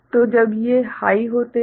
तो जब ये हाइ होते हैं